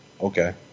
okay